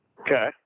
Okay